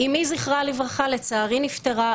אמי זיכרונה לברכה לצערי נפטרה,